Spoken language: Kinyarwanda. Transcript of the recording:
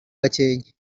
gakenke